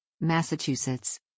Massachusetts